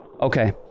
Okay